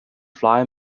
fly